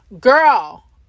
Girl